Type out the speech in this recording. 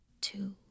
Two